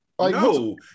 No